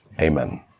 Amen